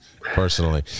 personally